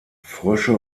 frösche